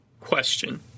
Question